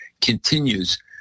continues